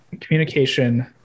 communication